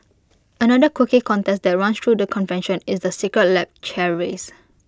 another quirky contest that runs through the convention is the secret lab chair race